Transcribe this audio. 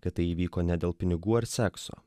kad tai įvyko ne dėl pinigų ar sekso